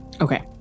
Okay